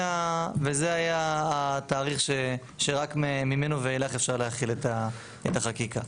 וזה היה התאריך שרק ממנו ואילך אפשר להחיל את החקיקה.